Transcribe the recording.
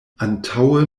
antaŭe